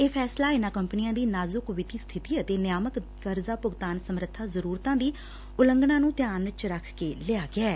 ਇਹ ਫੈਸਲਾ ਇਨਾਂ ਕੰਪਨੀਆਂ ਦੀ ਨਾਜੁਕ ਵਿੱਤੀ ਸਬਿਤੀ ਅਤੇ ਨਿਆਂਮਕ ਕਰਜ਼ਾ ਭੁਗਤਾਨ ਸਮਰੱਬਾ ਜ਼ਰੂਰਤਾਂ ਦੀ ਉਲੰਘਣਾ ਨੂੰ ਧਿਆਨ ਚ ਰੱਖ ਕੇ ਲੈਂਆ ਗਿਐ